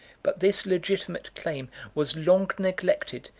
but this legitimate claim was long neglected,